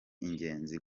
ingenzi